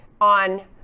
on